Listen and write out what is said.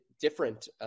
different –